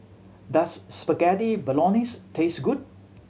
does Spaghetti Bolognese taste good